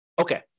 Okay